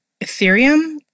Ethereum